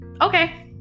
okay